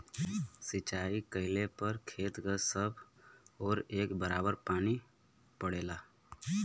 सिंचाई कइले पर खेत क सब ओर एक बराबर पानी पड़ेला